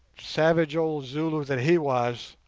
savage old zulu that he was,